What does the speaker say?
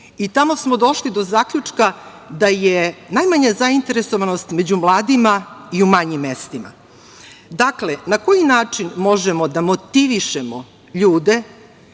i tamo smo došli do zaključka da je najmanja zainteresovanost među mladima i u manjim mestima. Dakle, na koji način možemo da motivišemo ljude,